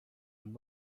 and